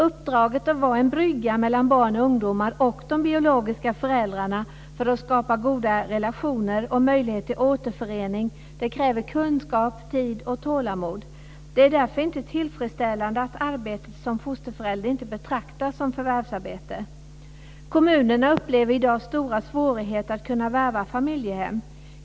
Uppdraget att vara en brygga mellan barn och ungdomar och de biologiska föräldrarna för att skapa goda relationer och möjlighet till återförening kräver kunskap, tid och tålamod. Det är därför inte tillfredsställande att arbetet som fosterförälder inte betraktas som förvärvsarbete. Kommunerna upplever i dag stora svårigheter när det gäller att kunna värva familjehem.